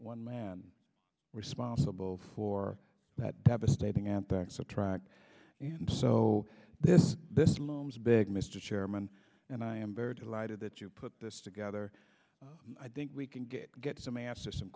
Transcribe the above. one man responsible for that devastating anthrax attract and so this this looms big mr chairman and i am very delighted that you put this together i think we can get get some answers some